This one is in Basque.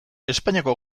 espainiako